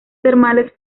termales